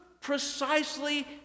precisely